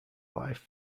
life